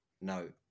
No